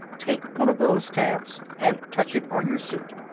take one of those tabs and touch it on your suit.